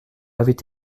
avait